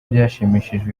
byashimishije